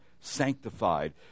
sanctified